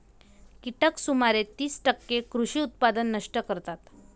कीटक सुमारे तीस टक्के कृषी उत्पादन नष्ट करतात